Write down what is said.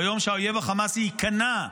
ביום שהאויב החמאסי ייכנע,